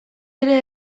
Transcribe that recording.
ere